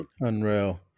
Unreal